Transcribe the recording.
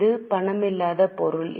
இது பணமில்லாத பொருள்